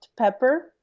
pepper